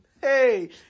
Hey